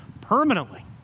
permanently